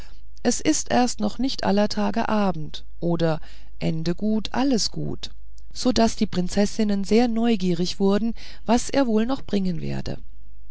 es ist erst noch nicht aller tage abend oder ende gut alles gut so daß die prinzessinnen sehr neugierig wurden was er wohl noch bringen werde